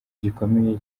gikomeye